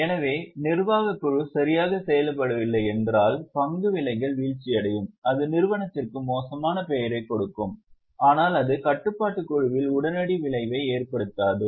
எனவே நிர்வாக குழு சரியாக செயல்படவில்லை என்றால் பங்கு விலைகள் வீழ்ச்சியடையும் அது நிறுவனத்திற்கு மோசமான பெயரைக் கொடுக்கும் ஆனால் அது கட்டுப்பாட்டு குழுவில் உடனடி விளைவை ஏற்படுத்தாது